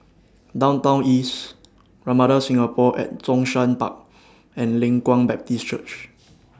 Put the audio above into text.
Downtown East Ramada Singapore At Zhongshan Park and Leng Kwang Baptist Church